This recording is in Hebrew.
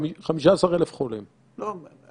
למה לא